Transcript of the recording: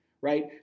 right